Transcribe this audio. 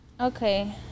Okay